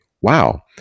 wow